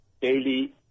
daily